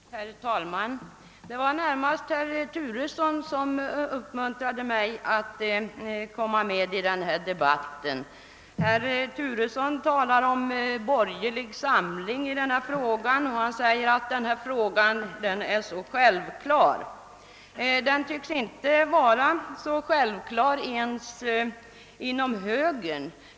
Herr talman! Det var närmast herr Turesson som uppmuntrade mig att gå in i denna debatt. Han talar om borgerlig samling på denna punkt och säger att frågan är självklar. Det tycks den dock inte vara ens inom högern.